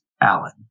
Allen